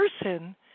person